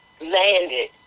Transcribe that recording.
landed